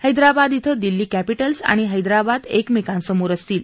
हैदराबाद इथं दिल्ली कॅपीटल्स आणि हैदराबाद एकमेकांसमोर असतील